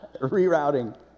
Rerouting